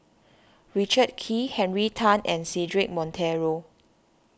Richard Kee Henry Tan and Cedric Monteiro